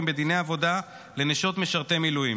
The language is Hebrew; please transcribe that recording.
בדיני עבודה לנשות משרתי המילואים.